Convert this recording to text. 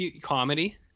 Comedy